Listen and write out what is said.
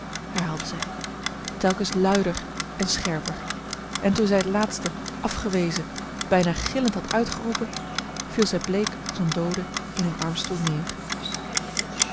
herhaalde zij telkens luider en scherper en toen zij het laatste afgewezen bijna gillend had uitgeroepen viel zij bleek als eene doode in een armstoel neer